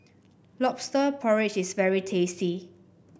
lobster porridge is very tasty